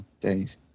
days